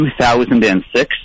2006